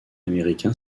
américain